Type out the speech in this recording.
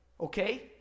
Okay